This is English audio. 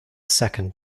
second